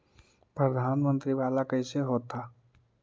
प्रधानमंत्री मंत्री वाला कैसे होता?